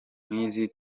nkizi